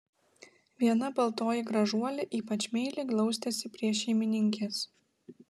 viena baltoji gražuolė ypač meiliai glaustėsi prie šeimininkės